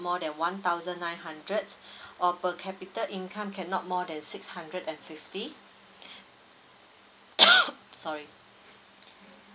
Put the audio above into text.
more than one thousand nine hundreds or per capita income cannot more than six hundred and fifty sorry